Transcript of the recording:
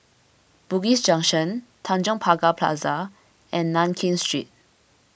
Bugis Junction Tanjong Pagar Plaza and Nankin Street